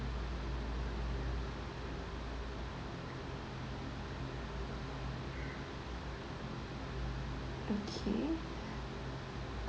okay